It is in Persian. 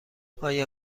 آیا